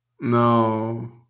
No